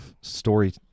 story